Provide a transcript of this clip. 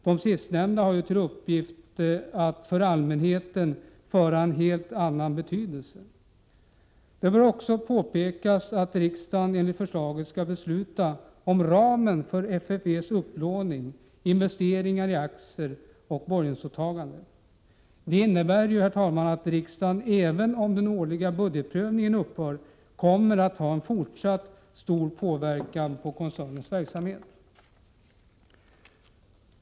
De sistnämnda har ju uppgifter som för allmänheten har en helt annan betydelse. Det bör också påpekas att riksdagen enligt förslaget skall besluta om ramen för FFV:s upplåning, investeringar i aktier och borgensåtaganden. Detta innebär att riksdagen, även om den årliga budgetprövningen upphör, kommer att ha en fortsatt stor påverkan på koncernens verksamhet.